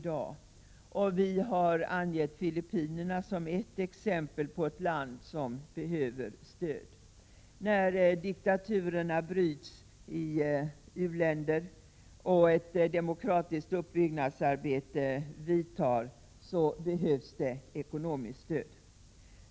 Vi har pekat på Filippinerna som ett exempel på ett land som behöver sådant stöd. När diktaturerna i u-länder bryts och ett demokratiskt uppbyggnadsarbete vidtar, behövs det ekonomiskt stöd.